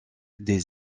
des